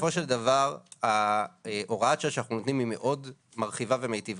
בסופו של דבר הוראת השעה שאנחנו נותנים היא מאוד מרחיבה ומיטיבה,